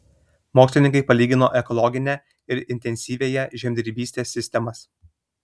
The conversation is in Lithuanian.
mokslininkai palygino ekologinę ir intensyviąją žemdirbystės sistemas